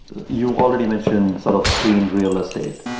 you already mentioned sort of screened real estate.